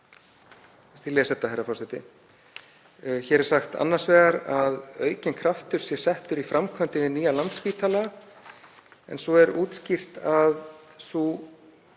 Hér er sagt annars vegar að aukinn kraftur sé settur í framkvæmdir við nýjan Landspítala en svo er útskýrt að